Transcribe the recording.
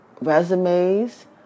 resumes